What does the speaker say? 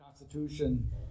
Constitution